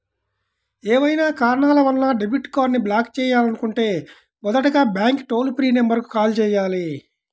ఏవైనా కారణాల వలన డెబిట్ కార్డ్ని బ్లాక్ చేయాలనుకుంటే మొదటగా బ్యాంక్ టోల్ ఫ్రీ నెంబర్ కు కాల్ చేయాలి